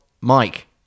Mike